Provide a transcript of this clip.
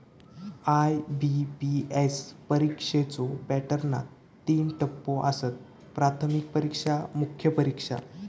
IBPS परीक्षेच्यो पॅटर्नात तीन टप्पो आसत, प्राथमिक परीक्षा, मुख्य परीक्षा